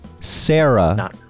Sarah